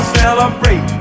celebrate